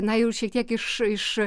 na jau šiek tiek iš iš